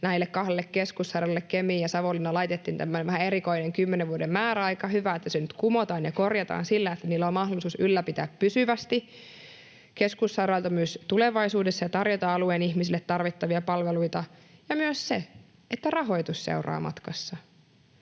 näille kahdelle keskussairaalalle Kemiin ja Savonlinnaan laitettiin tämmöinen vähän erikoinen kymmenen vuoden määräaika. Hyvä, että se nyt kumotaan ja korjataan sillä, että niillä on mahdollisuus ylläpitää pysyvästi keskussairaaloita myös tulevaisuudessa ja tarjota alueen ihmisille tarvittavia palveluita, ja myös se, että rahoitus seuraa matkassa,